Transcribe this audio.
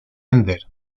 ender